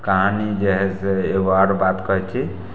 कहानी जे हइ से एगो आओर बात कहै छी